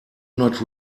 not